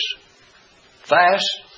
fast